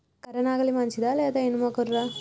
కర్ర నాగలి మంచిదా లేదా? ఇనుప గొర్ర?